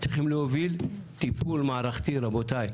צריכים להוביל טיפול מערכתי, רבותיי.